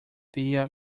via